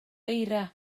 eira